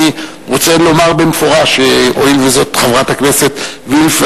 אני רוצה לומר במפורש שהואיל וזו חברת הכנסת וילף,